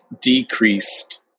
decreased